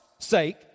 sake